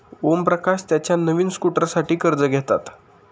ओमप्रकाश त्याच्या नवीन स्कूटरसाठी कर्ज घेतात